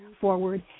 forward